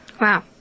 Wow